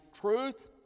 truth